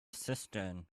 cistern